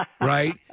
right